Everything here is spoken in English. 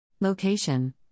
Location